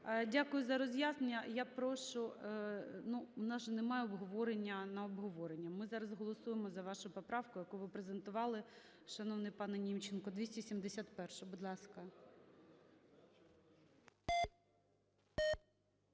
Дякую за роз'яснення. Я прошу, ну у нас же немає обговорення на обговорення. Ми зараз голосуємо за вашу поправку, яку ви презентували, шановний панеНімченко, 271-у. Будь ласка.